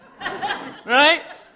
Right